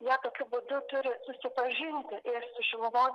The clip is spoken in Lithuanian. jie tokiu būdu turi susipažinti ir šiluvos